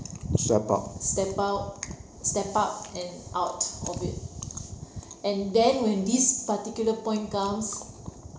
step out step up and out of it and then when this particular point comes